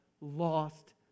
lost